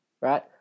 right